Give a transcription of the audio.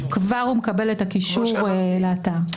כבר הוא מקבל את הקישור לאתר.